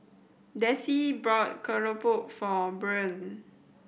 Desi bought for Buren